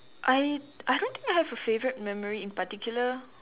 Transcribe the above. I I don't think I have a favourite memory in particular